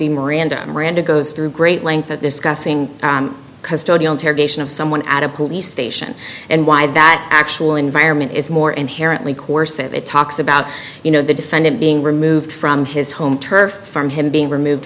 be miranda miranda goes through great length of this gassing custodial interrogation of someone at a police station and why that actual environment is more inherently coercive it talks about you know the defendant being removed from his home turf from him being removed